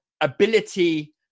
ability